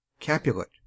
capulet